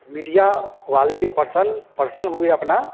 तो मिडिया वाले जो पर्सन पर्सन हुए अपना